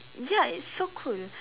ya it's so cool